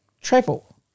travel